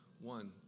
one